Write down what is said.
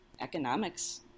economics